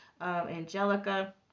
Angelica